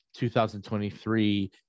2023